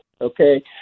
Okay